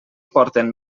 porten